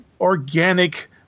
organic